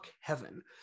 Heaven